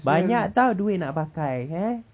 banyak [tau] duit nak pakai eh